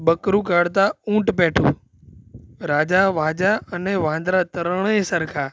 બકરું કાઢતાં ઊંટ પેઠો રાજા વાજા અને વાંદરા ત્રણેય સરખાં